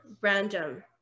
random